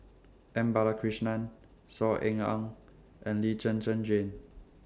M Balakrishnan Saw Ean Ang and Lee Zhen Zhen Jane